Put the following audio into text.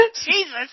Jesus